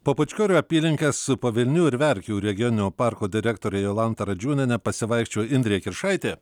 po pučkorių apylinkes pavilnių ir verkių regioninio parko direktorė jolanta radžiūnienė pasivaikščiojo indrė kiršaitė